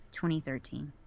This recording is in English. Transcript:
2013